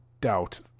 doubt